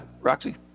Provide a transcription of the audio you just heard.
Roxy